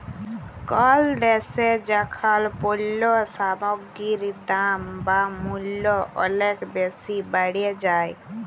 call দ্যাশে যখল পল্য সামগ্গির দাম বা মূল্য অলেক বেসি বাড়ে যায়